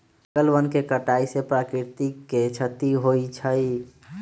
जंगल वन के कटाइ से प्राकृतिक के छति होइ छइ